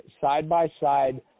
side-by-side